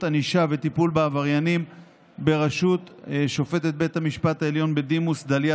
ענישה וטיפול בעבריינים בראשות שופטת בית המשפט העליון בדימוס דליה